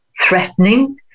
threatening